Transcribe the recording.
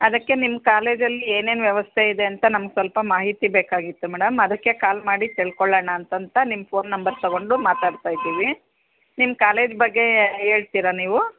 ಅದಕ್ಕೆ ನಿಮ್ಮ ಕಾಲೇಜಲ್ಲಿ ಏನೇನು ವ್ಯವಸ್ಥೆ ಇದೆ ಅಂತ ನಮ್ಗೆ ಸ್ವಲ್ಪ ಮಾಹಿತಿ ಬೇಕಾಗಿತ್ತು ಮೇಡಮ್ ಅದಕ್ಕೆ ಕಾಲ್ ಮಾಡಿ ತಿಳ್ಕೊಳ್ಳೋಣ ಅಂತಂತ ನಿಮ್ಮ ಫೋನ್ ನಂಬರ್ ತೊಗೊಂಡು ಮಾತಾಡ್ತ ಇದ್ದೀವಿ ನಿಮ್ಮ ಕಾಲೇಜ್ ಬಗ್ಗೆ ಹೇಳ್ತಿರಾ ನೀವು